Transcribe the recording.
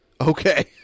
Okay